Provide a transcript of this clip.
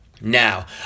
now